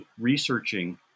researching